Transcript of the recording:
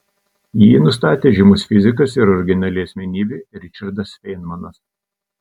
jį nustatė žymus fizikas ir originali asmenybė ričardas feinmanas